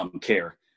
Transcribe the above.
care